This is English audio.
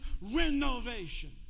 renovation